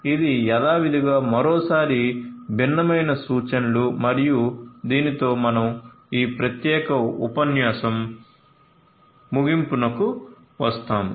ఇవి యథావిధిగా మరోసారి భిన్నమైన సూచనలు మరియు దీనితో మనం ఈ ప్రత్యేక ఉపన్యాసం ముగింపుకు వస్తాము